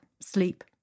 sleep